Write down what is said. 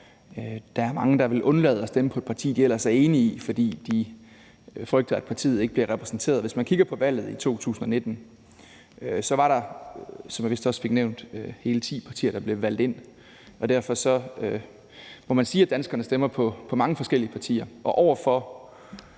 der er mange, der vil undlade at stemme på et parti, de ellers er enige med, fordi de frygter, at partiet ikke bliver repræsenteret. Hvis man kigger på valget i 2019, var der, som jeg vist også fik nævnt, hele ti partier, der blev valgt ind. Derfor må man sige, at danskerne stemmer på mange forskellige partier, og over for